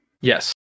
Yes